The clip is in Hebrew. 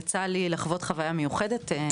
יצא לי לחוות חוויה מיוחדת,